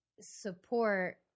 support